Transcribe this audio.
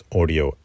audio